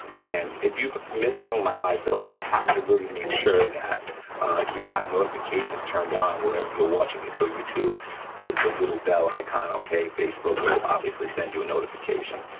um and if you've missed some of my live builds, you have to really make sure that you have notifications turned on wherever you're watching me, so youtube it's the little bell icon, okay? facebook will obviously send you a notification.